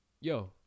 Yo